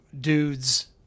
dudes